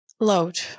Load